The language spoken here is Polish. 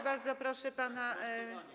Bardzo proszę pana.